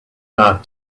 not